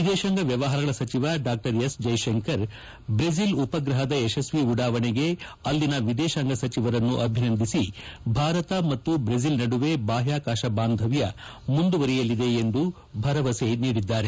ವಿದೇಶಾಂಗ ವ್ಯವಹಾರಗಳ ಸಚಿವ ಡಾ ಎಸ್ ಜೈಶಂಕರ್ ಬ್ರೆಜಿಲ್ ಉಪಗ್ರಹದ ಯಶಸ್ವಿ ಉಡಾವಣೆಗೆ ಅಲ್ಲಿನ ವಿದೇಶಾಂಗ ಸಚಿವರನ್ನು ಅಭಿನಂದಿಸಿ ಭಾರತ ಮತ್ತು ಬ್ರೆಜಿಲ್ ಬಾಹ್ಯಾಕಾಶ ಬಾಂಧವ್ಯ ಮುಂದುವರೆಯಲಿದೆ ಎಂದು ಭರವಸೆ ನೀಡಿದ್ದಾರೆ